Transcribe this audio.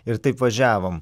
ir taip važiavom